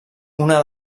una